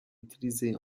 utilisée